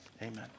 Amen